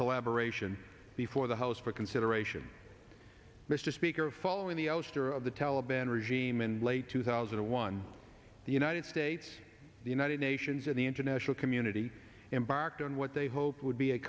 collaboration before the house for consideration mr speaker following the ouster of the taliban regime in late two thousand and one the united states the united nations and the international community embarked on what they hoped would be a